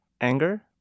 anger